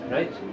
Right